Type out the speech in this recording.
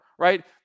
Right